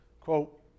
quote